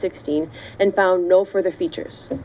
sixteen and found no for the features